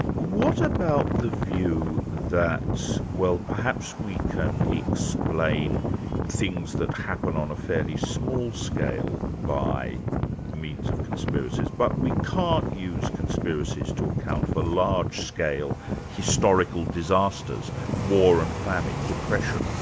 what about the view that well, perhaps we can explain things that happen on a fairly small scale by means of conspiracies, but we can't use conspiracies to account for large scale historical disasters war and famine, depression,